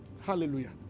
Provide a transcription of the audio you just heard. Hallelujah